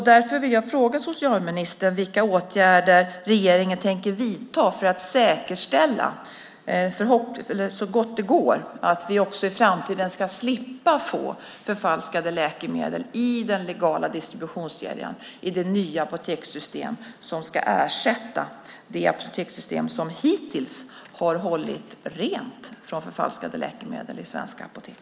Därför vill jag fråga socialministern vilka åtgärder regeringen tänker vidta för att så gott det går säkerställa att vi också framtiden ska slippa få förfalskade läkemedel i den legala distributionskedjan i det nya apotekssystem som ska ersätta det apotekssystem som hittills har hållit rent från förfalskade läkemedel i svenska apotek.